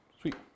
Sweet